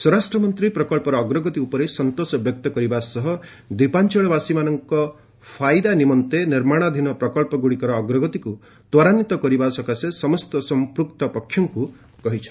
ସ୍ୱରାଷ୍ଟ୍ର ମନ୍ତ୍ରୀ ପ୍ରକଳ୍ପର ଅଗ୍ରଗତି ଉପରେ ସନ୍ତୋଷ ବ୍ୟକ୍ତ କରିବା ସହ ଦ୍ୱୀପାଞ୍ଚଳବାସୀମାନଙ୍କ ଫାଇଦା ନିମନ୍ତେ ନିର୍ମାଣାଧୀନ ପ୍ରକଳ୍ପଗ୍ରଡ଼ିକର ଅଗ୍ରଗତିକୁ ତ୍ୱରାନ୍ଧିତ କରିବା ସକାଶେ ସମସ୍ତ ସମ୍ପୃକ୍ତ ପକ୍ଷଙ୍କୁ କହିଛନ୍ତି